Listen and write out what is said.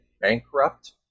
bankrupt